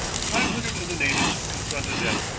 five hundred of the natives confronted them,